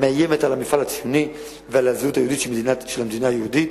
מאיימת על המפעל הציוני ועל הזהות היהודית של המדינה היהודית.